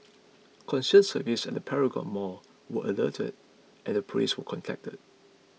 concierge services at Paragon mall were alerted and the police were contacted